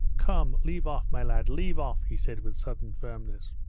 come, leave off, my lad, leave off he said with sudden firmness.